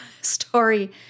story